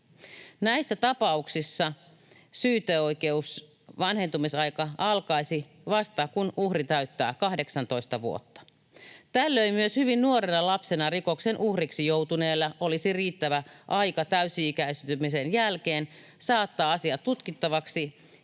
Näissä tapauksissa syyteoikeuden vanhentumisaika alkaisi vasta, kun uhri täyttää 18 vuotta. Tällöin myös hyvin nuorena lapsena rikoksen uhriksi joutuneella olisi riittävä aika täysi-ikäistymisen jälkeen saattaa asia tutkittavaksi